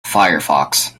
firefox